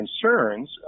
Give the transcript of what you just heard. concerns